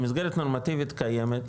במסגרת נורמטיבית קיימת,